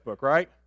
right